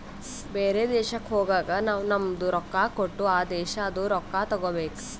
ಬೇರೆ ದೇಶಕ್ ಹೋಗಗ್ ನಾವ್ ನಮ್ದು ರೊಕ್ಕಾ ಕೊಟ್ಟು ಆ ದೇಶಾದು ರೊಕ್ಕಾ ತಗೋಬೇಕ್